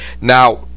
Now